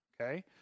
Okay